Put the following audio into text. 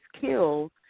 killed